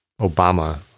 Obama